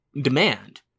demand